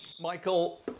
Michael